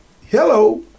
hello